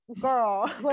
girl